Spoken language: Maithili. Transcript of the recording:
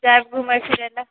जाएब घुमै फिरै लऽ